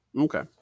Okay